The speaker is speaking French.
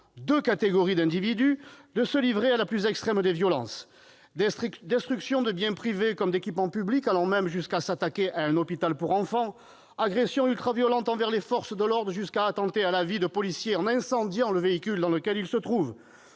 deux catégories d'individus, de se livrer à la plus extrême des violences : destruction de biens privés comme d'équipements publics allant même jusqu'à s'attaquer à un hôpital pour enfants ; agressions ultraviolentes envers les forces de l'ordre jusqu'à attenter à la vie de policiers en incendiant le véhicule dans lequel ils se trouvent